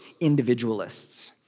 individualists